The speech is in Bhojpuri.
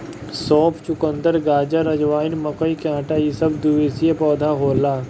सौंफ, चुकंदर, गाजर, अजवाइन, मकई के आटा इ सब द्विवर्षी पौधा होला